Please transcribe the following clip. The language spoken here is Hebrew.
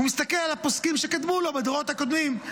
הוא מסתכל על הפוסקים שקדמו לו בדורות הקודמים.